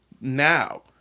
now